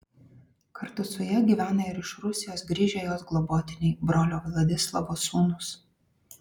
kartu su ja gyvena ir iš rusijos grįžę jos globotiniai brolio vladislovo sūnūs